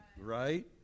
Right